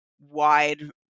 wide